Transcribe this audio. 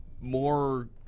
more